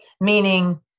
meaning